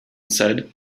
said